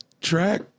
Track